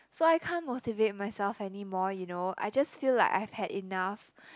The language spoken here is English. so I can't motivate myself anymore you know I just feel like I've had enough